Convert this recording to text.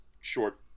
short